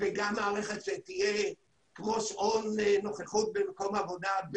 וגם מערכת שתהיה בבית התמחוי כמו שעון נוכחות במקום העבודה.